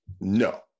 No